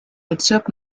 bezirk